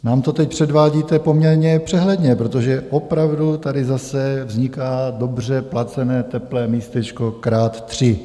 Nám to teď předvádíte poměrně přehledně, protože opravdu tady zase vzniká dobře placené teplé místečko krát tři.